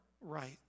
right